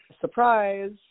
surprise